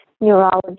neurology